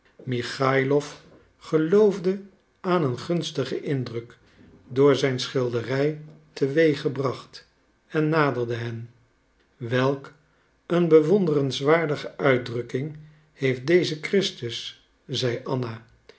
geloofde aan een gunstigen indruk door zijn schilderij teweeggebracht en naderde hen welk een bewonderenswaardige uitdrukking heeft deze christus zeide anna